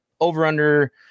over/under